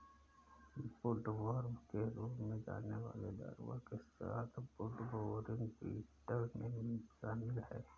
woodworm के रूप में जाने वाले लार्वा के साथ वुडबोरिंग बीटल में शामिल हैं